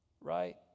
right